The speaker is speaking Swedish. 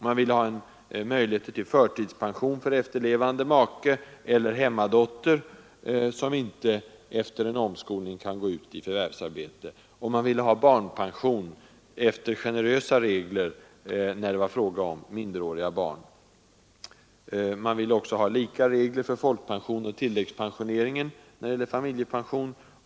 Man ville ha möjligheter till förtidspension för efterlevande make eller hemmadotter, som inte efter en omskolning kan gå ut i förvärvsarbete, och man ville ha barnpension efter generösa regler när det är fråga om minderåriga barn. Man föreslog också att lika regler skulle gälla för folkpension och tilläggspensionering beträffande familjepensionen.